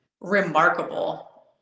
remarkable